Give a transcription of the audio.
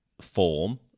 form